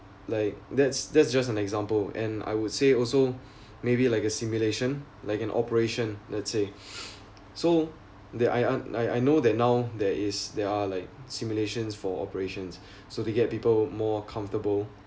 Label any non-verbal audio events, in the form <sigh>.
like that's that's just an example and I would say also <breath> maybe like a simulation like an operation let's say <breath> so that I I I know that now there is there are like simulations for operations so they get people more comfortable